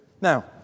Now